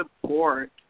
support